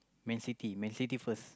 Man-City Man-City first